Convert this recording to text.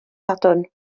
sadwrn